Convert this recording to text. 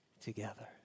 together